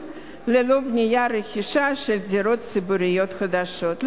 ללא בנייה או רכישה של דירות ציבוריות חדשות.